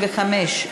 35),